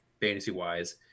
fantasy-wise